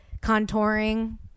contouring